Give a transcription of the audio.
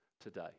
today